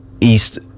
East